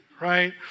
right